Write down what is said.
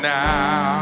now